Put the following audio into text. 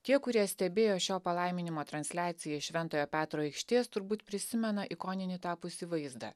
tie kurie stebėjo šio palaiminimo transliaciją iš šventojo petro aikštės turbūt prisimena ikoninį tapusį vaizdą